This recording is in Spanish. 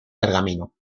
pergamino